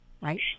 Right